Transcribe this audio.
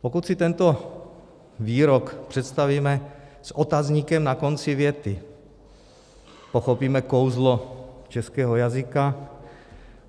Pokud si tento výrok představíme s otazníkem na konci věty, pochopíme kouzlo českého jazyka,